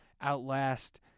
outlast